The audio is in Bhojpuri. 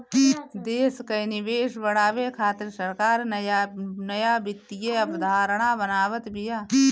देस कअ निवेश बढ़ावे खातिर सरकार नया नया वित्तीय अवधारणा बनावत बिया